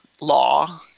law